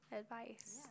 advice